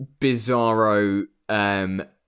bizarro